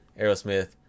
Aerosmith